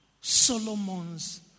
Solomon's